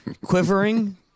quivering